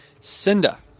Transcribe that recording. Cinda